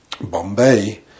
Bombay